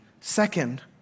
Second